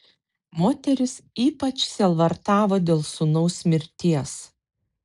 moteris ypač sielvartavo dėl sūnaus mirties